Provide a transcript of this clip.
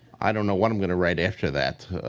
i don't know what i'm gonna write after that.